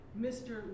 Mr